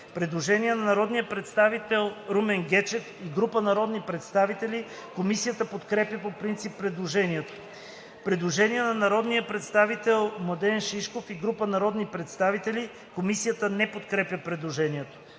Предложение на народния представител Румен Гечев и група народни представители. Комисията подкрепя по принцип предложението. Предложение на народния представител Младен Шишков и група народни представители. Комисията не подкрепя предложението.